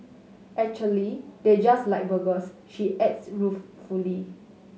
actually they just like burgers she adds ruefully